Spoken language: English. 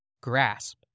grasp